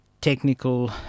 technical